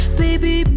baby